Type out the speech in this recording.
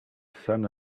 cent